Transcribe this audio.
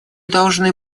должны